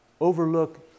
overlook